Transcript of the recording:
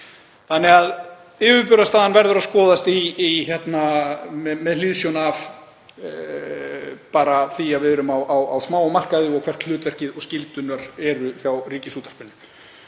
mati. Yfirburðastaðan verður því að skoðast með hliðsjón af því að við erum á smáum markaði og hvert hlutverkið og skyldurnar eru hjá Ríkisútvarpinu.